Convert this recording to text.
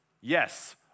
Yes